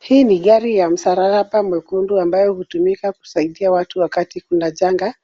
Hii ni gari ya msalaba mwekundu ambayo hutumika kusaidia watu wakati kuna janga.